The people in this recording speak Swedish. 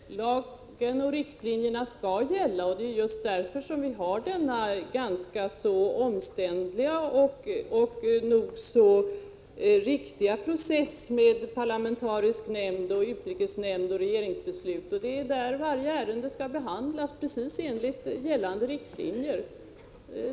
Herr talman! Ja visst, så är det! Lagen och riktlinjerna skall gälla, och det är just därför som vi har denna ganska omständliga och nog så riktiga process med parlamentarisk nämnd, utrikesnämnd och regeringsbeslut. Det är där varje ärende skall behandlas, enligt gällande riktlinjer.